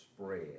spread